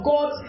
God